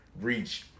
reach